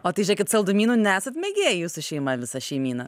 o tai žėkit saldumynų nesat mėgėjai jūsų šeima visa šeimyna